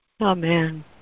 Amen